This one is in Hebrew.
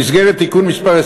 בשם ועדת החוקה,